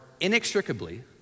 inextricably